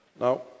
Now